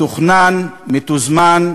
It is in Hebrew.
מתוכנן, מתוזמן,